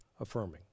affirming